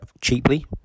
cheaply